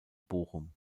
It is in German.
bochum